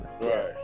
right